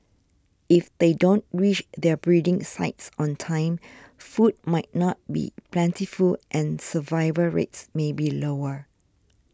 if they don't reach their breeding sites on time food might not be plentiful and survival rates may be lower